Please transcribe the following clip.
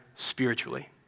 spiritually